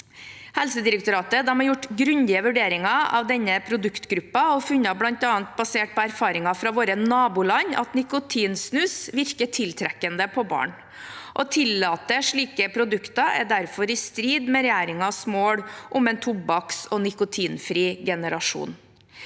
Helsedirektoratet har gjort grundige vurderinger av denne produktgruppen og funnet, bl.a. basert på erfaringer fra våre naboland, at nikotinsnus virker tiltrekkende på barn. Å tillate slike produkter er derfor i strid med regjeringens mål om en tobakks- og nikotinfri generasjon.